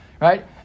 right